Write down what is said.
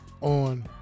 on